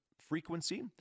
frequency